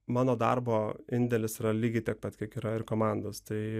mano darbo indėlis yra lygiai tiek pat kiek yra ir komandos tai